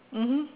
mmhmm